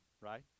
right